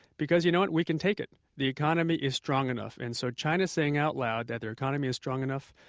because you know what? we can take it. the economy is strong enough. and so china's saying out loud that their economy is strong enough,